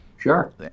Sure